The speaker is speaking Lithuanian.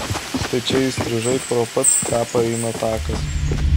štai čia įstrižai pro pat kapą eina takas